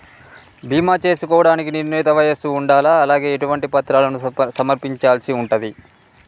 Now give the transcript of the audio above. బీమా చేసుకోవడానికి నిర్ణీత వయస్సు ఉండాలా? అలాగే ఎటువంటి పత్రాలను సమర్పించాల్సి ఉంటది?